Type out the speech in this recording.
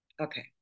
Okay